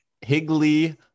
Higley